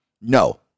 No